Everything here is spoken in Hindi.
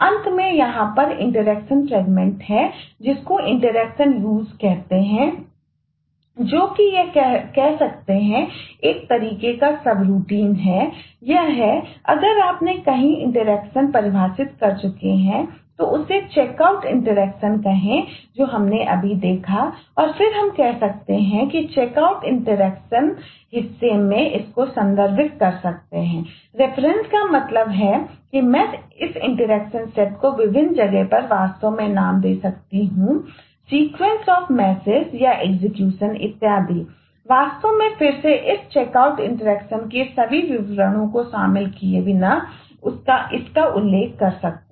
अंत में यहां पर एक इंटरेक्शन फ्रेगमेंट के सभी विवरणों को शामिल किए बिना इसका उल्लेख कर सकता हूं